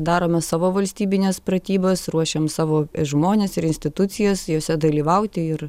darome savo valstybines pratybas ruošiam savo žmones ir institucijas jose dalyvauti ir